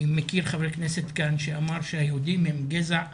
אני מכיר חבר כנסת כאן שאמר שהיהודים הם גזע מעולה,